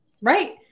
Right